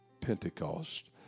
Pentecost